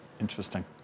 Interesting